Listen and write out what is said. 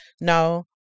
No